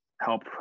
help